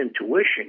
intuition